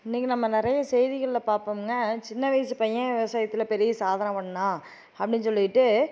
இன்னைக்கு நம்ம நிறைய செய்திகளில் பார்ப்போம்ங்க சின்ன வயசு பையன் விவசாயத்தில் பெரிய சாதனை பண்ணான் அப்படின் சொல்லிவிட்டு